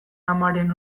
amaren